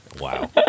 wow